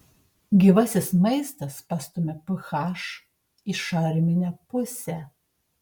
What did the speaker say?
gyvasis maistas pastumia ph į šarminę pusę